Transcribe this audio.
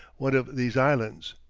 one of these islands,